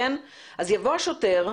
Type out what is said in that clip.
אז יבוא השוטר,